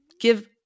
give